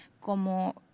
como